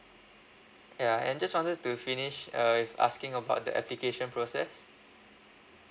ya and just wanted to finish uh with asking about the application process